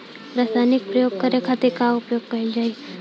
रसायनिक प्रयोग करे खातिर का उपयोग कईल जाइ?